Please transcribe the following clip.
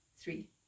three